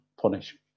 punish